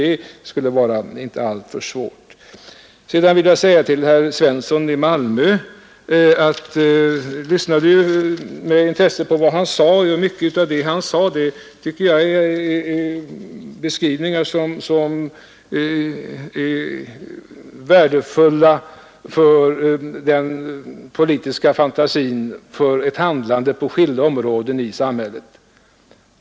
Jag lyssnade med intresse till herr Svenssons i Malmö anförande. ärdefulla för Mycket av det han sade tycker jag var beskrivningar som ä den politiska fantasin, för ett handlande på skilda omraden i samhället.